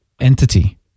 entity